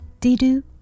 Dido